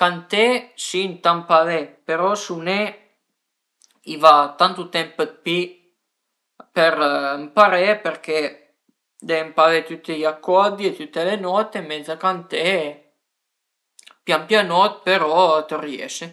canté si ëntà ëmparé, però suné i va tantu temp d'pi per ëmparé perché deve ëmparé tüti i accordi e tüte le note, mentre canté pian pianot però t'riese